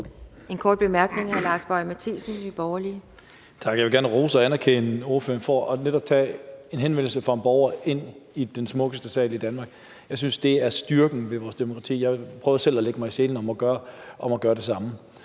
Borgerlige. Kl. 13:55 Lars Boje Mathiesen (NB): Tak. Jeg vil gerne rose og anerkende ordføreren for netop at tage en henvendelse fra en borger ind i den smukkeste sal i Danmark. Jeg synes, det er styrken ved vores demokrati. Jeg prøver selv at lægge mig i selen for at gøre det samme.